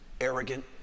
arrogant